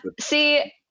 see